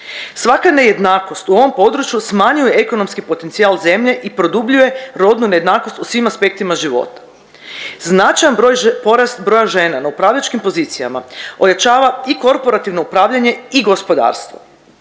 Svaka nejednakost u ovom području smanjuje ekonomski potencijal zemlje i produbljuje rodnu nejednakost u svim aspektima života. Značajan broj že…, porast broja žena na upravljačkim pozicijama ojačava i korporativno upravljanje i gospodarstvo.